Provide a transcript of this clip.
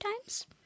times